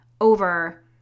over